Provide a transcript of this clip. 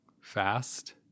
fast